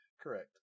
Correct